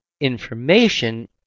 information